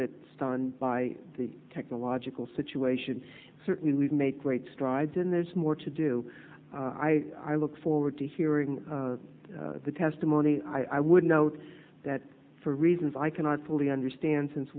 bit stunned by the technological situation certainly we've made great strides and there's more to do i look forward to hearing the testimony i would note that for reasons i cannot fully understand since